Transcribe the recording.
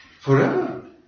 forever